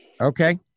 Okay